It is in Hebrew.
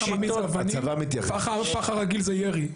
פחה עממית זה אבנים ופחה רגיל זה ירי.